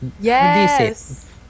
Yes